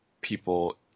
people